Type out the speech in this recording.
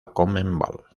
conmebol